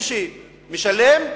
מי שמשלם,